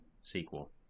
sequel